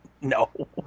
No